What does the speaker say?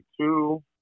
two